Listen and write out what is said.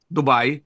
Dubai